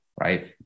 right